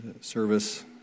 service